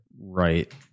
Right